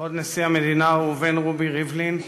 כבוד נשיא המדינה ראובן רובי ריבלין,